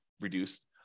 reduced